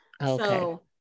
okay